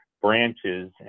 branches